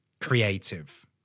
creative